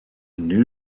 new